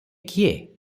କିଏ